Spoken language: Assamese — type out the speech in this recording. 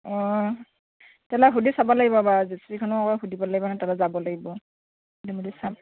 অঁ তেনেহ'লে সুধি চাব লাগিব বাৰু জেচিবিখনও অক সুধিব লাগিব তালৈ যাব লাগিব সুধি মেলি চাম